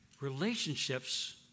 Relationships